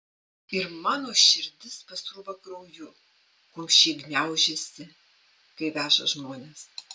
ir mano širdis pasrūva krauju kumščiai gniaužiasi kai veža žmones